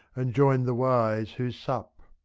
and join the wise who sup.